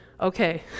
okay